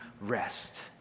rest